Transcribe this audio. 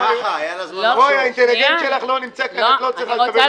רגע, תן לי לסיים.